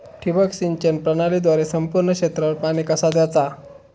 ठिबक सिंचन प्रणालीद्वारे संपूर्ण क्षेत्रावर पाणी कसा दयाचा?